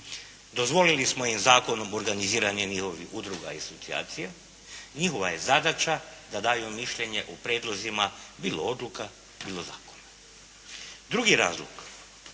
Dozvolili smo im zakonom organiziranje njihovih udruga i …/Govornik se ne razumije./… njihova je zadaća da daju mišljenje o prijedlozima bilo odluka, bilo zakona. Drugi razlog